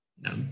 No